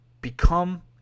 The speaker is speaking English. become